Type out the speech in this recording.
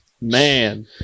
Man